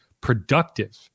productive